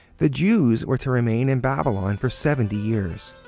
the jews were to remain in babylon for seventy years.